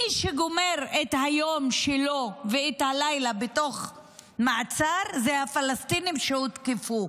מי שגומר את היום שלו ואת הלילה במעצר זה הפלסטינים שהותקפו,